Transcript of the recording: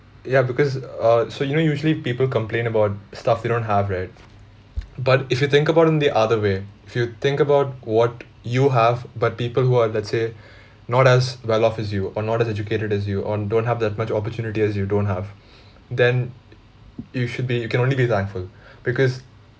ya because uh so you know usually people complain about stuff they don't have right but if you think about it in the other way if you think about what you have but people who are let's say not as well off as you or not as educated as you or don't have that much opportunity as you don't have then you should be you can only be thankful because